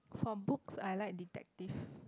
for books I like detective